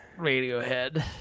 Radiohead